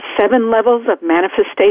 seven-levels-of-manifestation